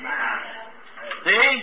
See